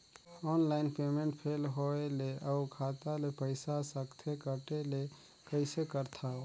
Online payment fail होय ले अउ खाता ले पईसा सकथे कटे ले कइसे करथव?